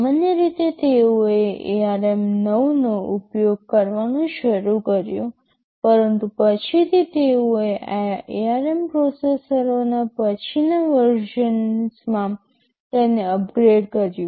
સામાન્ય રીતે તેઓએ ARM 9 નો ઉપયોગ કરવાનું શરૂ કર્યું પરંતુ પછીથી તેઓએ ARM પ્રોસેસરોના પછીના વર્ઝનમાં તેને અપગ્રેડ કર્યું